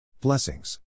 Blessings